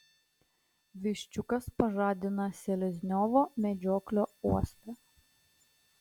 viščiukas pažadina selezniovo medžioklio uoslę